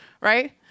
right